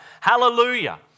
Hallelujah